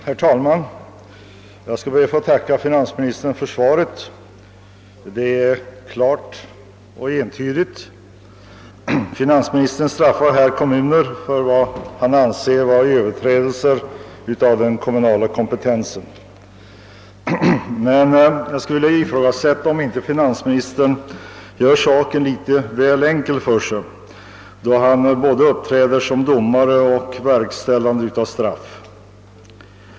Herr talman! Jag ber att få tacka finansministern för svaret, som är klart och entydigt. Finansministern straffar däri kommunerna för vad han anser vara begångna överträdelser av den kommunala kompetensen. Jag ifrågasätter dock om inte finansministern gör det hela litet för enkelt för sig, när han uppträder både som domare och straffverkställare.